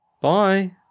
Bye